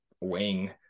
wing